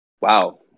wow